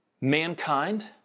mankind